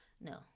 no